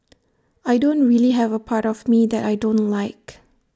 I don't really have A part of me that I don't like